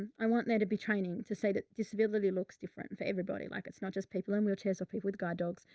i want there to be training to say that disability looks different for everybody. like it's not just people in wheel chairs or people with guide dogs.